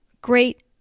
great